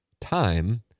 time